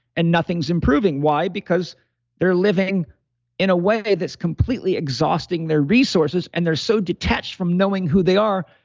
and nothing's improving. why? because they're living in a way that's completely exhausting their resources, and they're so detached from knowing who they are.